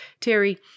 Terry